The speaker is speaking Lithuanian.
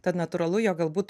tad natūralu jog galbūt